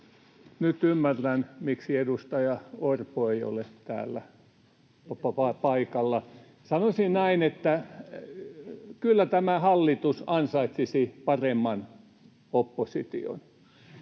Nyt ymmärrän, miksi edustaja Orpo ei ole täällä paikalla. Sanoisin näin, että kyllä tämä hallitus ansaitsisi paremman opposition.